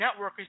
networkers